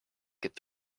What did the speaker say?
could